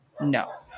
no